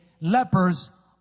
lepers